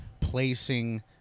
placing